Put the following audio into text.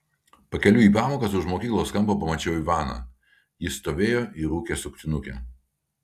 pakeliui į pamokas už mokyklos kampo pamačiau ivaną jis stovėjo ir rūkė suktinukę